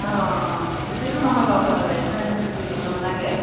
অঁ অঁ অঁ বেছি দূৰ নহয় বাৰু গাড়ী ভাড়াও ইমান বেছিকৈ ল'ব নালাগে